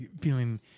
feeling